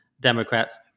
Democrats